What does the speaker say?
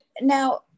Now